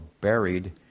buried